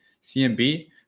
cmb